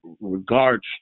regards